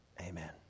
Amen